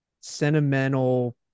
sentimental